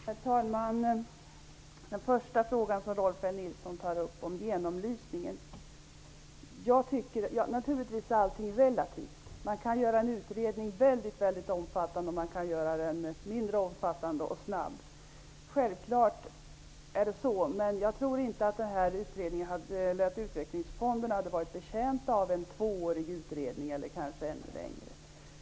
Herr talman! Först tar Rolf L Nilson upp frågan om tiden för genomlysningen. Naturligtvis är allting relativt. Det går att göra en utredning väldigt omfattande, och det går att göra den mindre omfattande och snabb. Men jag tror inte att utvecklingsfonderna hade varit betjänta av en tvåårig utredning eller kanske ännu längre.